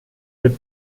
mit